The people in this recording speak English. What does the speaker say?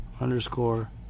Underscore